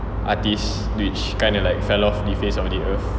artist which kind of like fell off the face of the earth